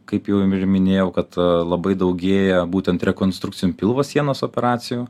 kaip jau ir minėjau kad labai daugėja būtent rekonstrukcijų pilvo sienos operacijų